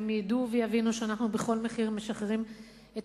והם ידעו ויבינו שאנחנו בכל מחיר משחררים את